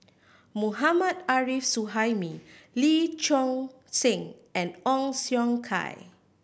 Mohammad Arif Suhaimi Lee Choon Seng and Ong Siong Kai